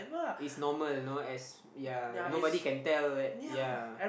it's normal know as yea nobody can tell yea